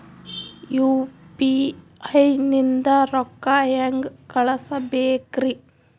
UPI ನಿಂದ ರೊಕ್ಕ ಹೆಂಗ ಕಳಸಬೇಕ್ರಿ?